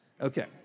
Okay